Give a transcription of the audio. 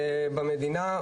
במדינה,